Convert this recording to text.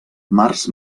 març